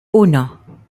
uno